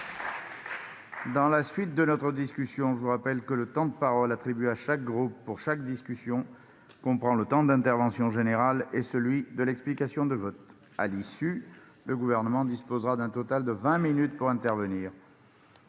réseaux. Mes chers collègues, je vous rappelle que le temps de parole attribué à chaque groupe pour chaque discussion comprend le temps de l'intervention générale et celui de l'explication de vote. Par ailleurs, le Gouvernement dispose au total de vingt minutes pour intervenir.